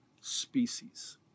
Species